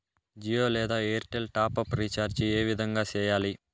జియో లేదా Airtel top up recharge ఏ విధంగా సేయాలి